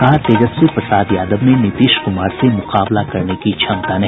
कहा तेजस्वी प्रसाद यादव में नीतीश कुमार से मुकाबला करने की क्षमता नहीं